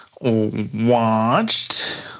watched